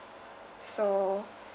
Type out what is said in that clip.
so